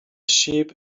sheep